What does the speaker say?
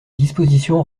dispositions